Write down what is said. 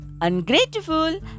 ungrateful